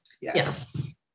Yes